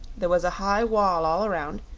there was a high wall all around,